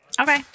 Okay